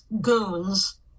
goons